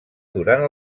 durant